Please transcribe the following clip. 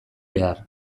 behar